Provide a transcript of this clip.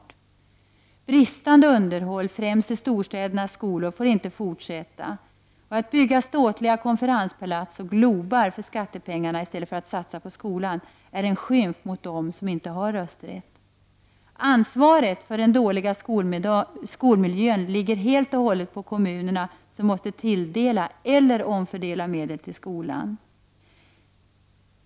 Det bristande underhållet, främst i storstädernas skolor, får inte fortsätta. Att bygga ståtliga konferenspalats och ”globar” för skattepengarna i stället för att satsa på skolan är en skymf mot dem som inte har rösträtt. Ansvaret för den dåliga skolmiljön ligger helt och hållet på kommunerna, som måste tilldela eller omfördela medel till skolan.